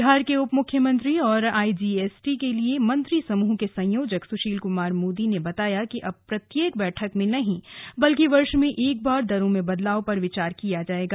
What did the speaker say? बिहार के उपमुख्यमंत्री और आईजीएसटी के लिए मंत्री समूह के संयोजक सुशील कुमार मोदी ने बताया कि अब प्रत्येक बैठक में नहीं बल्कि वर्ष में एक बार दरों में बदलाव पर विचार किया जाएगा